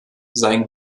sein